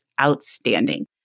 outstanding